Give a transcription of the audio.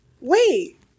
wait